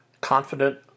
confident